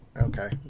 okay